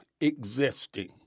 existing